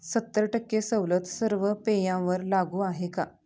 सत्तर टक्के सवलत सर्व पेयांवर लागू आहे का